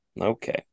Okay